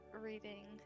reading